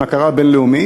עם הכרה בין-לאומית,